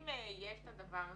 אם יש את הדבר הזה,